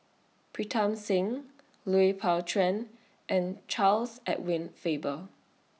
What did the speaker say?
Pritam Singh Lui Pao Chuen and Charles Edward Faber